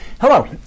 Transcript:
Hello